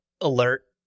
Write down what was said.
Alert